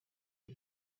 fou